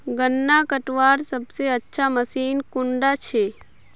गन्ना कटवार सबसे अच्छा मशीन कुन डा छे?